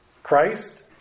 Christ